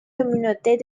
communautés